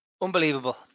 Unbelievable